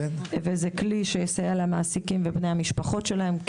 וזה כלי שיסייע למעסיקים ולבני המשפחות שלהם,